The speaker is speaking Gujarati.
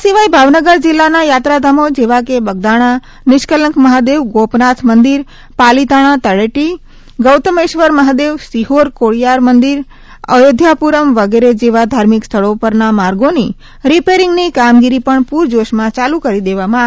આ સિવાય ભાવનગર જિલ્લાના યાત્રાધામો જેવા કે બગદાણાનિષ્ઠલંક મહાદેવગોપનાથ મંદિર પાલીતાણા તળેટીગૌતમેશ્વર મહાદેવ સિહોર કોડીયાર મંદિર અયોધ્યાપુરમ વગેરે જેવા ધાર્મિક સ્થળો પરના માર્ગોની રિપેરિંગની કામગીરી પણ પૂરજોશમાં ચાલુ કરી દેવામાં આવેલ છે